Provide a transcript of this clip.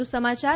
વધુ સમાચાર